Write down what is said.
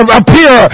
appear